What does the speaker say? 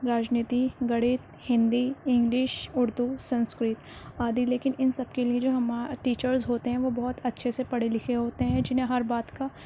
راجنیتی گڑت ہندی انگلش اردو سنسکرت آدی لیکن ان سب کے لیے جو ہمار ٹیچرز ہوتے ہیں وہ بہت اچھے سے پڑھے لکھے ہوتے ہیں جنہیں ہر بات کا